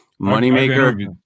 Moneymaker